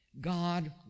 God